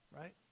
right